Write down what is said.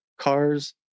cars